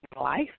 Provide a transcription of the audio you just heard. life